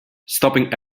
stopping